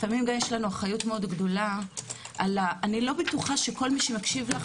לפעמים יש לנו אחריות מאוד גדולה - אני לא בטוחה שכל מי שמקשיב לך,